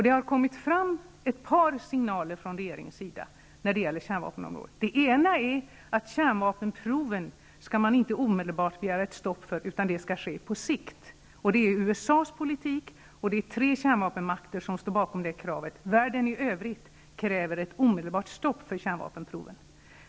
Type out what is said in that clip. Det har kommit ett par signaler från regeringen när det gäller kärnvapen. Bl.a. har man sagt att man inte omedelbart skall begära ett stopp för kärnvapenproven, utan att det skall ske på sikt. Detta är USA:s politik, och det är tre kärnvapenmakter som står bakom det kravet. Världen i övrigt kräver ett omedelbart stopp för kärnvapenproven.